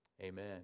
Amen